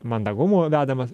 mandagumo vedamas